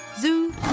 Zoo